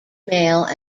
male